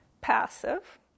passive